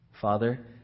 Father